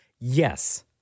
yes